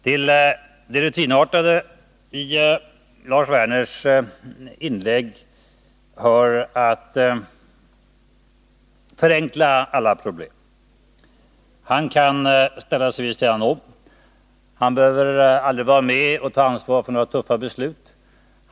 Till det rutinartade i Lars Werners inlägg hör att förenkla alla problem. Han kan ställa sig vid sidan om. Han behöver aldrig vara med och ta ansvar för några tuffa beslut.